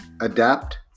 adapt